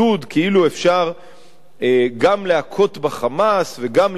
כאילו אפשר גם להכות ב"חמאס" וגם לנהל